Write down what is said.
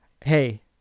hey